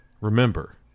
remember